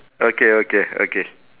okay okay okay